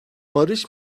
barış